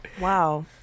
Wow